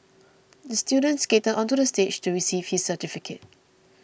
the student skated onto the stage to receive his certificate